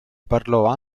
parlò